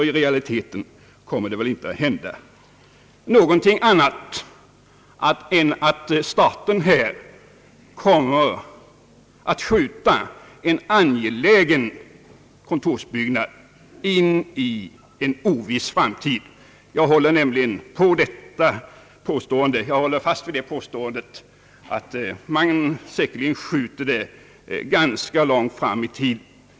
I realiteten kommer det väl inte att hända någonting annat än att staten uppskjuter en angelägen kontorsbyggnad på en Oviss framtid. Jag håller nämligen fast vid påståendet att man säkerligen skjuter detta ganska långt fram i tiden.